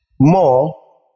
more